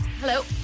hello